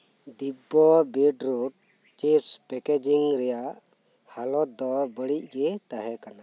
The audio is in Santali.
ᱫᱤᱵᱵᱚ ᱵᱮᱰᱨᱳᱴ ᱪᱤᱯᱥ ᱯᱮᱠᱮᱡᱤᱝ ᱨᱮᱭᱟᱜ ᱦᱟᱞᱚᱛ ᱫᱚ ᱵᱟᱹᱲᱤᱡᱜᱮ ᱛᱟᱦᱮᱸ ᱠᱟᱱᱟ